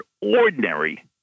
ordinary